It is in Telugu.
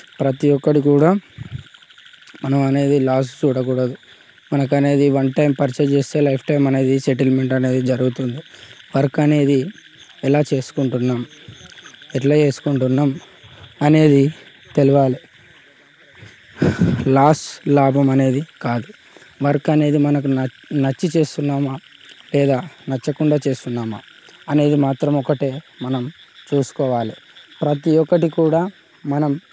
ప్రతీ ఒక్కటి కూడా మనం అనేది లాస్ చూడకూడదు మనకు అనేది వన్ టైం పర్చేస్ చేస్తే లైఫ్ టైం అనేది సెటిల్మెంట్ అనేది జరుగుతుంది వర్క్ అనేది ఎలా చేసుకుంటున్నా ఎట్లా చేసుకుంటున్నాము అనేది తెలియాలి లాస్ లాభం అనేది కాదు వర్క్ అనేది మనకు న నచ్చి చేస్తున్నామా లేదా నచ్చకుండా చేస్తున్నామా అనేది మాత్రం ఒకటే మనం చూసుకోవాలి ప్రతీ ఒక్కటి కూడా మనం